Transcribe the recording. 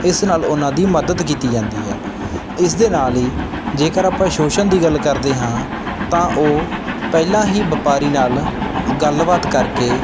ਇਸ ਨਾਲ ਉਹਨਾਂ ਦੀ ਮਦਦ ਕੀਤੀ ਜਾਂਦੀ ਹੈ ਇਸ ਦੇ ਨਾਲ ਹੀ ਜੇਕਰ ਆਪਾਂ ਸ਼ੋਸ਼ਣ ਦੀ ਗੱਲ ਕਰਦੇ ਹਾਂ ਤਾਂ ਉਹ ਪਹਿਲਾਂ ਹੀ ਵਪਾਰੀ ਨਾਲ ਗੱਲਬਾਤ ਕਰਕੇ